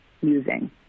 using